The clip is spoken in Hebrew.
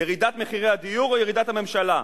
ירידת מחירי הדיור או ירידת הממשלה?